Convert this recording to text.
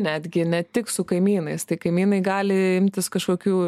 netgi ne tik su kaimynais tai kaimynai gali imtis kažkokių